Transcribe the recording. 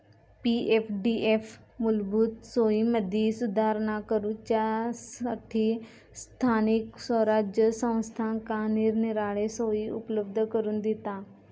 पी.एफडीएफ मूलभूत सोयींमदी सुधारणा करूच्यासठी स्थानिक स्वराज्य संस्थांका निरनिराळे सोयी उपलब्ध करून दिता